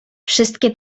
wszystkie